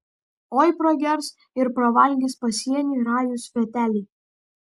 oi pragers ir pravalgys pasienį rajūs sveteliai